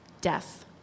death